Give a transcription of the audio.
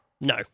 No